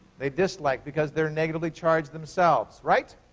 they dislike because they're negatively charged themselves, right?